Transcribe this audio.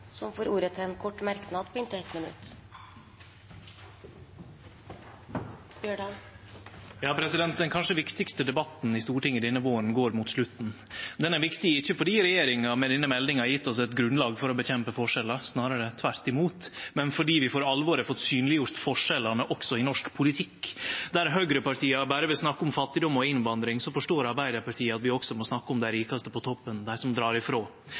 og får ordet til en kort merknad, begrenset til 1 minutt. Den kanskje viktigaste debatten i Stortinget denne våren går mot slutten. Den er viktig ikkje fordi regjeringa med denne meldinga har gjeve oss eit grunnlag for å kjempe mot forskjellar, snarare tvert imot, men fordi vi for alvor har fått synleggjort forskjellane også i norsk politikk. Der høgrepartia berre vil snakke om fattigdom og innvandring, forstår Arbeidarpartiet at vi også må snakke om dei rikaste på toppen, dei som dreg ifrå.